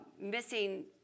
missing